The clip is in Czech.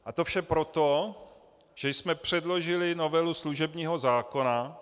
A to vše proto, že jsme předložili novelu služebního zákona.